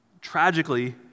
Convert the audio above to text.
tragically